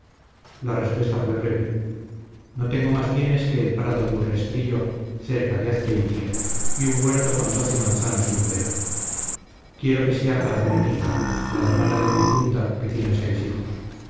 la respuesta fue breve no tengo más bienes que el prado de urrestillo cerca de azpeitia y un huerto con doce manzanos y un peral quiero que sea para dominica la hermana de mi difunta que tiene seis hijos